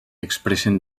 expressen